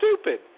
stupid